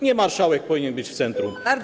Nie marszałek powinien być w centrum.